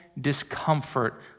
discomfort